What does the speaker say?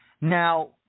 Now